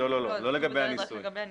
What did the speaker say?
לא, לא לגבי הניסוי.